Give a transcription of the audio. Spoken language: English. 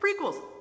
prequels